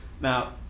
Now